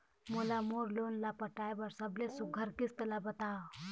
मोला मोर लोन ला पटाए बर सबले सुघ्घर किस्त ला बताव?